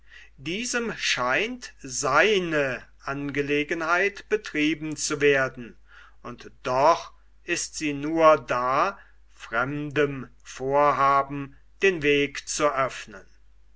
diesem scheint seine angelegenheit betrieben zu werden und doch ist sie nur da fremdem vorhaben den weg zu öffnen